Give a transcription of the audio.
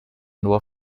nur